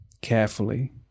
carefully